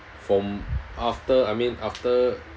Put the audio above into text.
from after I mean after